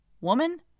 Woman